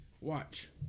Watch